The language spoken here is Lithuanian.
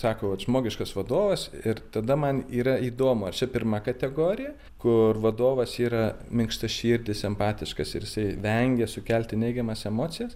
sako vat žmogiškas vadovas ir tada man yra įdomu ar čia pirma kategorija kur vadovas yra minkštaširdis empatiškas ir jisai vengia sukelti neigiamas emocijas